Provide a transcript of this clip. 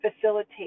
facilitate